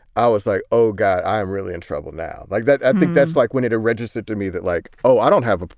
i was like, oh, god, i'm really in trouble now like that. i think that's like when it registered to me that like. oh, i don't have. ah